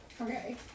Okay